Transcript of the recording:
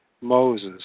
Moses